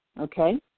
okay